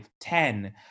ten